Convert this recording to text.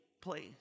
place